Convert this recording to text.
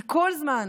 כי כל זמן